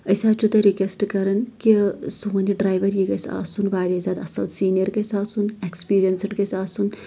أسۍ حظ چھِو تۄہہ رِکویسٹ کران کہِ سون یہِ ڈریور یہِ گژھِ آسُن واریاہ زیادٕ اَصٕل سیٖنِیر گژھِ آسُن اٮ۪کٕسپیٖرینٛسٕڈ گژھِ آسُن